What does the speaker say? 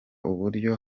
uburyo